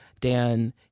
Dan